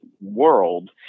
world